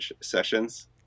sessions